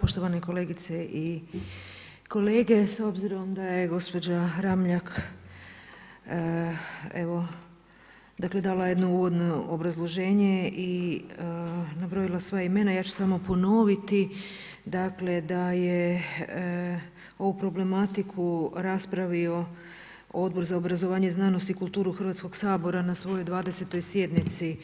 Poštovane kolegice i kolege, s obzirom da je gospođa Ramljak dala jednu uvodno obrazloženje i na brojila sva imena, ja ću samo ponoviti da je ovu problematiku raspravio Odbor za obrazovanje i znanost i kulturu Hrvatskog sabora na svojoj 20. sjednici